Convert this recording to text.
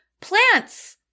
Plants